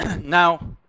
Now